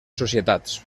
societats